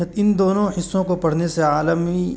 ان دونوں حصوں کو پڑھنے سے عالمی